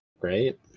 Right